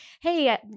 hey